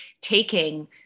taking